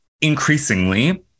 increasingly